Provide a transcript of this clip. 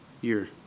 year